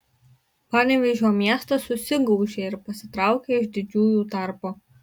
panevėžio miestas susigaužė ir pasitraukė iš didžiųjų tarpo